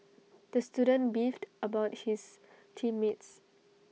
the student beefed about his team mates